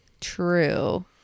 True